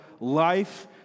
Life